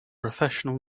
professional